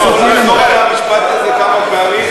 אתה יכול לחזור על המשפט הזה כמה פעמים?